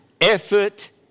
effort